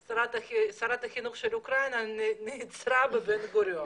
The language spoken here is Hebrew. את שרת החינוך של אוקראינה שנעצרה בשדה התעופה בן גוריון